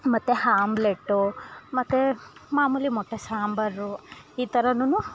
ಮತ್ತು ಆಮ್ಲೆಟ್ಟು ಮತ್ತು ಮಾಮೂಲಿ ಮೊಟ್ಟೆ ಸಾಂಬಾರು ಈ ಥರನೂ